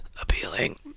appealing